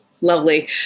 lovely